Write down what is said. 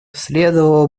следовало